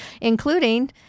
Including